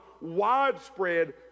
widespread